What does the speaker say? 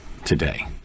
today